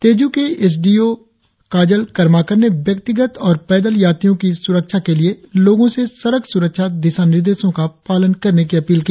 तेजू के S D O Kajal Karmakar ने व्यक्तिगत और पैदल यात्रियों की सुरक्षा के लिए लोगों से सड़क सुरक्षा दिशानिर्देशों का पालन करने की अपील की